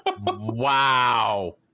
wow